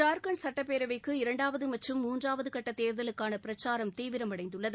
ஜார்க்கண்ட் சுட்டப்பேரவைக்கு இரண்டாவது மற்றும் மூன்றாவது கட்ட தேர்தலுக்கான பிரச்சாரம் தீவிரமடைந்துள்ளது